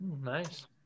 nice